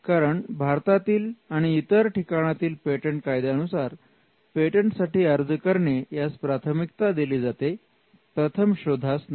कारण भारतातील आणि इतर ठिकाणातील पेटंट कायद्यानुसार पेटंटसाठी अर्ज करणे यास प्राथमिकता दिली जाते प्रथम शोधास नाही